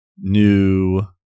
new